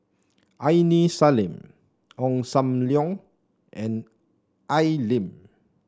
Aini Salim Ong Sam Leong and Al Lim